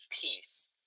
peace